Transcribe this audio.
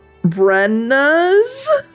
Brenna's